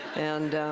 and